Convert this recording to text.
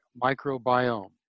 Microbiome